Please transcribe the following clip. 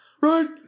right